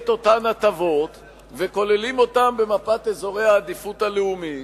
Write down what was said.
את אותן הטבות וכוללים אותם במפת אזורי העדיפות הלאומית?